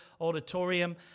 auditorium